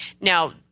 Now